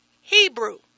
Hebrew